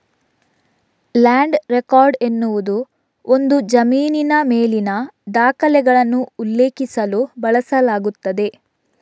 land record ಎನ್ನುವುದು ಒಂದು ಜಮೀನಿನ ಮೇಲಿನ ದಾಖಲೆಗಳನ್ನು ಉಲ್ಲೇಖಿಸಲು ಬಳಸಲಾಗುತ್ತದೆ